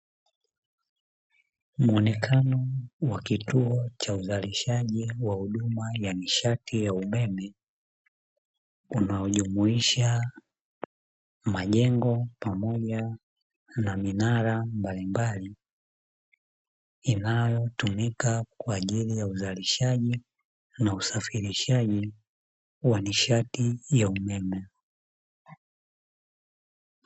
Muonekano wa kituo cha uzalishaji wa huduma ya nishati ya umeme, unaojumuisha majengo pamoja na minara mbalimbali, ilnayotumika kwa ajili uzalishaji nausafirishaji wa nishati ya umeme.